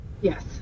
Yes